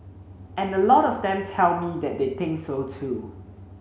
and a lot of them tell me that they think so too